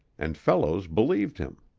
and fellows believed him.